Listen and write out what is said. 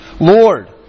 Lord